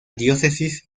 diócesis